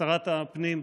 שרת הפנים,